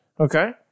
Okay